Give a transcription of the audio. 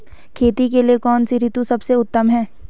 खेती के लिए कौन सी ऋतु सबसे उत्तम है?